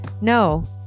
no